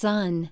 Sun